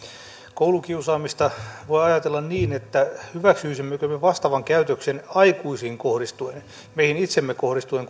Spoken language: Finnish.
koulukiusaamista voi ajatella niin että hyväksyisimmekö me vastaavan käytöksen aikuisiin kohdistuen meihin itseemme kohdistuen